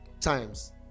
times